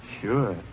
sure